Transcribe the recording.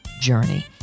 journey